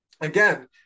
Again